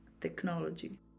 technology